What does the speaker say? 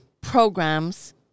programs